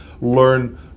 learn